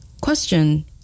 Question